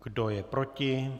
Kdo je proti?